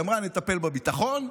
היא אמרה: נטפל בביטחון,